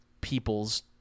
people's